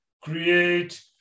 create